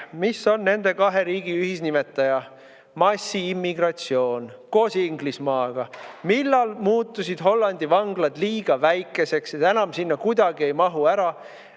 Mis on nende kahe riigi ühisnimetaja: massiimmigratsioon, koos Inglismaaga. Millal muutusid Hollandi vanglad liiga väikeseks ja enam sinna kuidagi ei mahu ära?